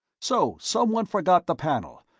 so someone forgot the panel,